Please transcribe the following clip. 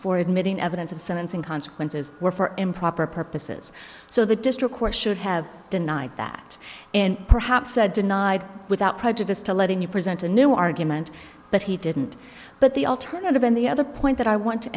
for admitting evidence of sentencing consequences were for improper purposes so the district court should have denied that and perhaps said denied without prejudice to letting you present a new argument but he didn't but the alternative and the other point that i want to